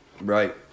Right